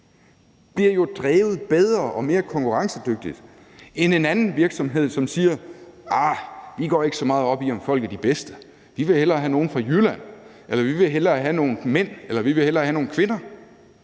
bliver jo drevet bedre og mere konkurrencedygtigt end en anden virksomhed, som siger: Vi går ikke så meget op i, om folk er de bedste, vi vil hellere have nogen fra Jylland, vi vil hellere have nogle mænd, eller vi vil hellere have nogle kvinder.